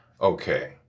Okay